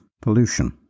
pollution